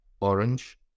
Orange